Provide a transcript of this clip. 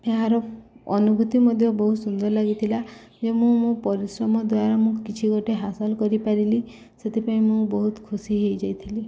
ଏହାର ଅନୁଭୂତି ମଧ୍ୟ ବହୁତ ସୁନ୍ଦର ଲାଗିଥିଲା ଯେ ମୁଁ ମୋ ପରିଶ୍ରମ ଦ୍ୱାରା ମୁଁ କିଛି ଗୋଟେ ହାସଲ କରିପାରିଲି ସେଥିପାଇଁ ମୁଁ ବହୁତ ଖୁସି ହେଇଯାଇଥିଲି